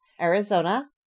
Arizona